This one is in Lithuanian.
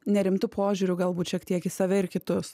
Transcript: nerimtu požiūriu galbūt šiek tiek į save ir kitus